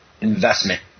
investment